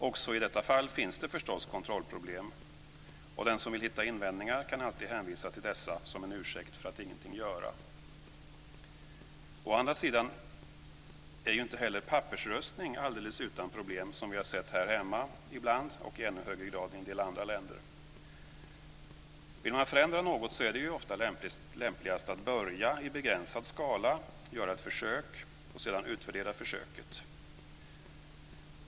Också i detta fall finns det förstås kontrollproblem, och den som vill hitta invändningar kan alltid hänvisa till dessa som en ursäkt för att ingenting göra. Å andra sidan är ju inte heller pappersröstning alldeles utan problem, som vi har sett ibland här hemma och i ännu högre grad i en del andra länder. Vill man förändra något är det oftast lämpligast att börja i begränsad skala, göra ett försök och sedan utvärdera försöket.